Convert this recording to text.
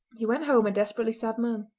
he went home a desperately sad man.